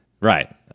Right